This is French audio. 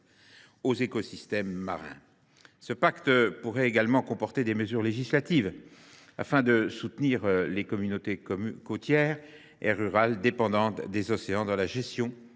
aux écosystèmes marins. Ce pacte pourrait également comporter des mesures législatives afin d’aider les communautés côtières et rurales dépendantes des océans à gérer les